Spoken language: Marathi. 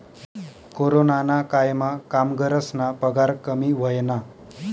कोरोनाना कायमा कामगरस्ना पगार कमी व्हयना